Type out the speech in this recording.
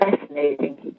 fascinating